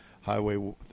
highway